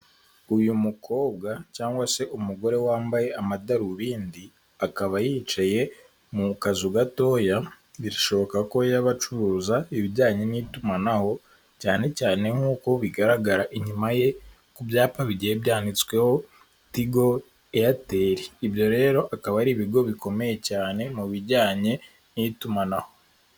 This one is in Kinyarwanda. Uyu mukobwa cyangwa se umugore wambaye amadarubindi akaba yicaye mu kazu gatoya, birashoboka ko yaba acuruza ibijyanye n'itumanaho, cyane cyane nk'uko bigaragara inyuma ye ku byapa bigiye byanditsweho tigo, eyateri. Ibyo rero akaba ari ibigo bikomeye cyane mu bijyanye n'itumanaho.